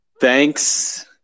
thanks